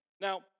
Now